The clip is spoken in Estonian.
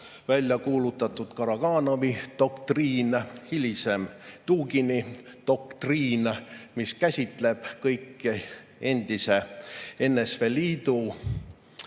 välja kuulutatud Karaganovi doktriin, hilisem Dugini doktriin, mis käsitleb kõiki endisi NSV Liidu